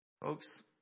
Folks